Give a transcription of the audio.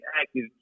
active